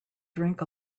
drink